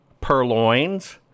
purloins